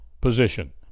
position